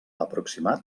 aproximat